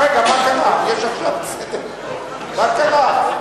מה קרה?